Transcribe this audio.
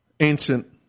Ancient